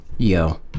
yo